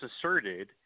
asserted